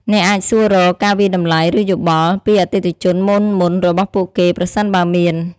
អ្នកអាចសួររក ការវាយតម្លៃ ឬយោបល់ ពីអតិថិជនមុនៗរបស់ពួកគេ ប្រសិនបើមាន។